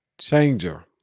changer